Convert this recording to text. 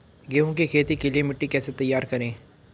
गेहूँ की खेती के लिए मिट्टी कैसे तैयार करें?